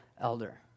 elder